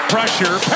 Pressure